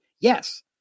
Yes